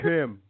Kim